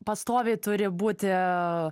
pastoviai turi būti